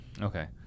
Okay